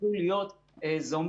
הפכו להיות זומבים,